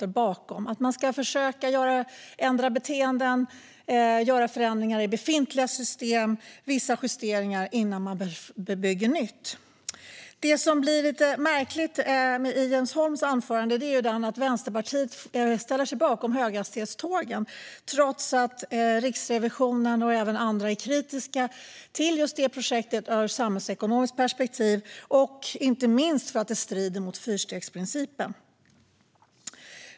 Den innebär att man ska försöka ändra beteenden, göra förändringar i befintliga system och göra vissa justeringar innan man bygger nytt. Det som blir lite märkligt i Jens Holms anförande är att Vänsterpartiet ställer sig bakom höghastighetstågen, trots att Riksrevisionen och även andra är kritiska till projektet ur ett samhällsekonomiskt perspektiv och inte minst för att det strider mot fyrstegsprincipen.